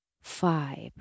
five